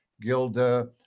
Gilda